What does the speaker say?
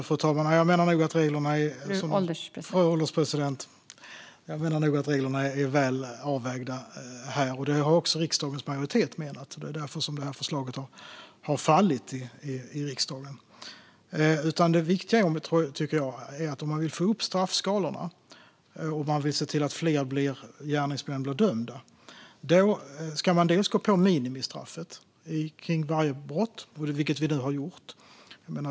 Fru ålderspresident! Jag menar nog att reglerna är väl avvägda här, och det har också riksdagens majoritet menat. Det är därför som det här förslaget har fallit i riksdagen. Det viktiga är, tycker jag, att om man vill få upp straffskalorna och se till att fler gärningsmän blir dömda ska man gå på minimistraffet kring varje brott, vilket vi nu har gjort.